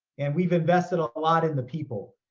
and we've invested a lot in the people.